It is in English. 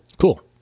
cool